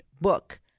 book